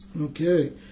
Okay